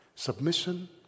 Submission